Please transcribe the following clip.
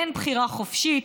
אין בחירה חופשית.